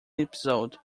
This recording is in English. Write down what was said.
episode